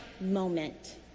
moment